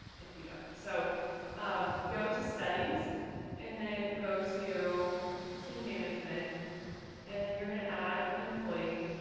if you don't. so um go to settings and then go to team management and then you're going to add an employee.